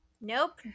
Nope